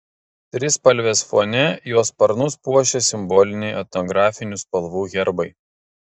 trispalvės fone jo sparnus puošia simboliniai etnografinių spalvų herbai